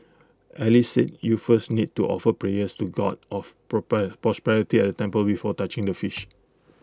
alice said you first need to offer prayers to God of proper prosperity at temple before touching the fish